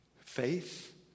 faith